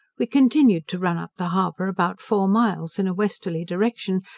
we continued to run up the harbour about four miles, in a westerly direction,